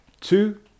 two